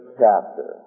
chapter